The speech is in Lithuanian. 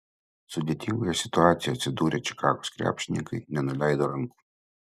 sudėtingoje situacijoje atsidūrę čikagos krepšininkai nenuleido rankų